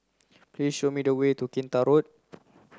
please show me the way to Kinta Road